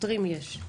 שוטרים יש.